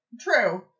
True